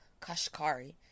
Kashkari